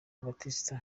baptiste